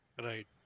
Right